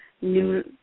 new